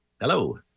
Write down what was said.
Hello